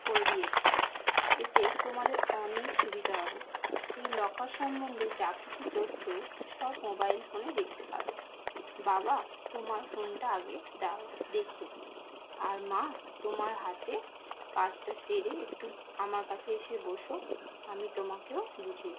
করে দিয়েছি এতে তোমাদের অনেক সুবিধা হবে এই লকার সম্বন্ধে যা কিছু তথ্য সব মোবাইল ফোনে দেখতে পাবে বাবা তোমার ফোনটা আগে দাও দেখিয়ে দিই আর মা তোমার হাতের কাজটা সেরে একটু আমার কাছে এসে বোসো আমি তোমাকেও বুঝিয়ে